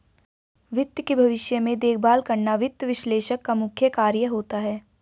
वित्त के भविष्य में देखभाल करना वित्त विश्लेषक का मुख्य कार्य होता है